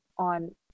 on